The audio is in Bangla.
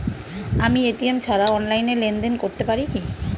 আমি এ.টি.এম ছাড়া অনলাইনে লেনদেন করতে পারি কি?